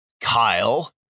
Kyle